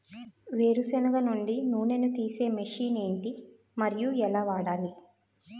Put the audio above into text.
వేరు సెనగ నుండి నూనె నీ తీసే మెషిన్ ఏంటి? మరియు ఎలా వాడాలి?